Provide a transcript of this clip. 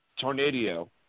Tornado